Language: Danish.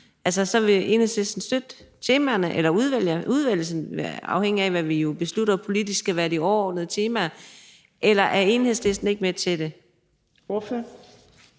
altså vil Enhedslisten støtte temaerne eller udvælgelsen, afhængigt af hvad vi jo politisk beslutter skal være de overordnede temaer, eller er Enhedslisten ikke med til det? Kl.